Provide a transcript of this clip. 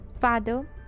Father